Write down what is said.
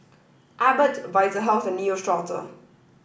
Abbott Vitahealth and Neostrata